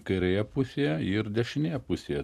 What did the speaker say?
kairėje pusėje ir dešinėje pusėje